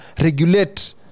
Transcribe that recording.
regulate